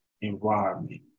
environment